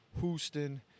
Houston